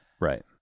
Right